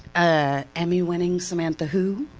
ah emmy winning samantha who?